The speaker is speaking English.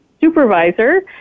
supervisor